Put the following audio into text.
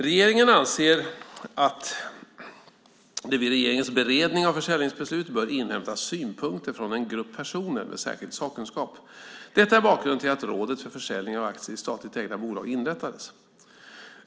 Regeringen anser att det vid regeringens beredning av försäljningsbeslut bör inhämtas synpunkter från en grupp personer med särskild sakkunskap. Detta är bakgrunden till att Rådet för försäljning av aktier i statligt ägda bolag inrättades.